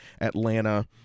Atlanta